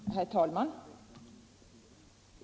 Herr talman!